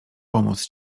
pomóc